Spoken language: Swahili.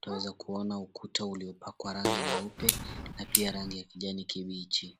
Twaweza kuona ukuta uliopakwa rangi nyeupe na pia rangi ya kijani kibichi.